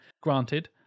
granted